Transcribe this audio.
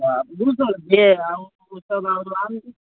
तऽ दू सए रुपैए